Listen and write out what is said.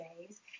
days